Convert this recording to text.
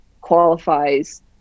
qualifies